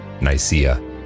Nicaea